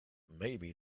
maybe